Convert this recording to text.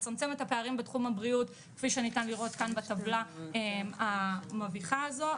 תצמצם את הפערים בתחום הבריאות כפי שניתן לראות כאן בטבלה המביכה הזאת,